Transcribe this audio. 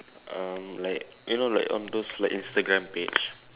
um like you know like on those like Instagram page